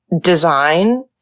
design